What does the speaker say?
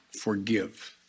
forgive